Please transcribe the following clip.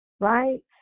right